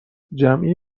جمعی